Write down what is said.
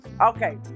Okay